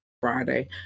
friday